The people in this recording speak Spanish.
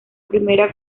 primera